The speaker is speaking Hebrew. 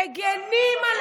מירב,